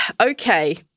Okay